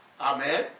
Amen